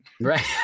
right